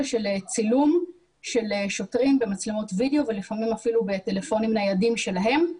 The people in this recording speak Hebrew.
של צילום של שוטרים במצלמות וידאו ולפעמים אפילו בטלפונים ניידים שלהם,